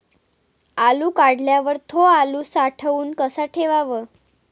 आलू काढल्यावर थो आलू साठवून कसा ठेवाव?